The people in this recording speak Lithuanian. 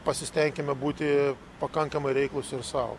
pasistenkime būti pakankamai reiklūs ir sau